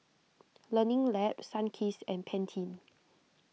Learning Lab Sunkist and Pantene